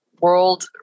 world